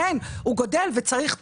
כן הוא גדל וצריך תקציב.